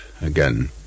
Again